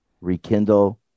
rekindle